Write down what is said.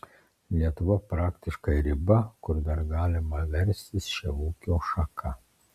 lietuva praktiškai riba kur dar galima verstis šia ūkio šaka